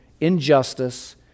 injustice